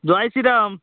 Joy Shri Ram